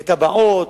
לתב"עות,